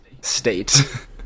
state